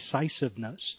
decisiveness